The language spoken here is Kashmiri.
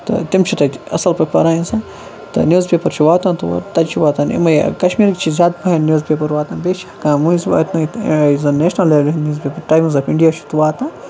تہٕ تِم چھِ تَتہِ اَصٕل پٲٹھۍ پران اِنسان تہٕ نِوٕزپیپر چھُ واتان تور تَتہِ چھُ واتان یِمٕے کَشمیٖرٕکۍ چھِ زیادٕ پَہَنۍ نِوٕزپیپر واتان بیٚیہِ چھِ ہیکان واتنٲیِتھ یُس زَن نیشنَل لیولہِ ہُنٛد نِوٕزپیپر چھُ ٹایِمٕز آف اِنڈیا چھُ تہِ واتان